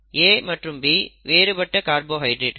A மற்றும் B வேறுபட்ட கார்போஹைட்ரேட்கள்